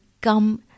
come